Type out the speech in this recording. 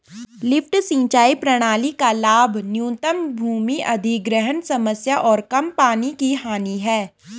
lift सिंचाई प्रणाली का लाभ न्यूनतम भूमि अधिग्रहण समस्या और कम पानी की हानि है